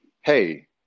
hey